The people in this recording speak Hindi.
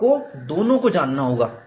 आपको दोनों को जानना होगा